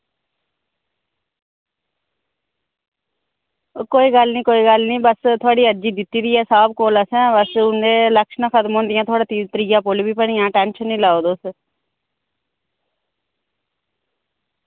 ओह् कोई गल्ल नेईं कोई गल्ल नेईं बस थोआड़ी अर्जी दित्ती दी ऐ साह्ब कोल असैं बस हु'न एह् इलैक्शनां खत्म होंदियां थोआड़ा त्रिया पुल बी बनिया टैंशन निं लाओ तुस